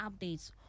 updates